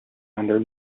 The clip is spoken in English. under